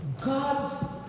God's